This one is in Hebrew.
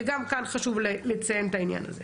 שגם כאן חשוב לציין את הענין.